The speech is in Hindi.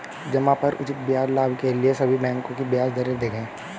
जमा पर उचित ब्याज लाभ के लिए सभी बैंकों की ब्याज दरें देखें